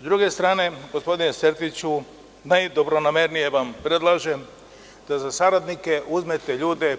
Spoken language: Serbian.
S druge strane, gospodine Sertiću, najdobronamernije vam predlažem da za saradnike uzmete ljude